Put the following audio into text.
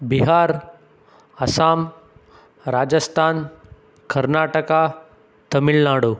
Bihar Assam Rajasthan Karnataka Tamil Nadu